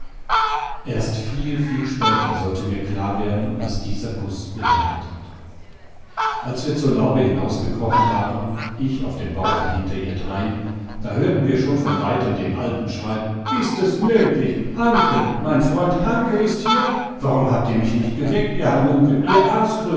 erst viel viel später sollte mir klar werden was dieser kuß bedeutet hat als wir zur laube hinausgekrochen waren ich auf dem bauche hinter ihr drein da hörten wir schon von weitem den alten schreien ist es möglich hanckel mein freund hanckel ist hier warum habt ihr mich nicht geweckt ihr halunken ihr